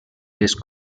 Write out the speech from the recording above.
les